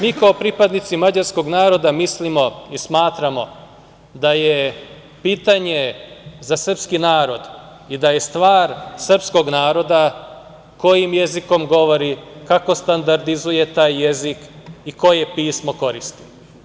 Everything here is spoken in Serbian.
Mi kao pripadnici mađarskog naroda mislim i smatramo da je pitanje za srpski narod i da je stvar srpskog naroda kojim jezikom govori, kako standardizuje taj jezik i koje pismo koristi.